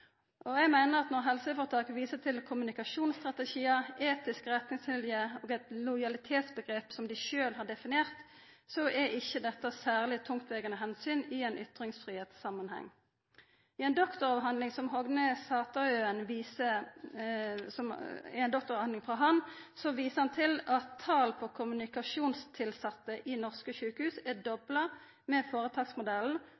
nokon. Eg meiner at når helseføretaka viser til kommunikasjonsstrategiar, etiske retningslinjer og eit lojalitetsomgrep som dei sjølve har definert, er ikkje dette særleg tungtvegande omsyn i ein ytringsfridomssamanheng. Ei doktoravhandling av Hogne Sataøen viser at talet på kommunikasjonstilsette i norske sjukehus er